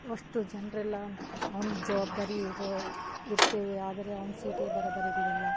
ಅಷ್ಟು ಜನರೆಲ್ಲ ಅವ್ನ ಜವಾಬ್ದಾರಿ ಇರೋ ಇರ್ತೀವಿ ಆದರೆ ಅವ್ನ ಸೀಟೇ ಬರೋಬ್ಬರಿರ್ಲಿಲ್ಲ